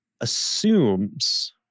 assumes